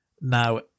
Now